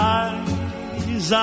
eyes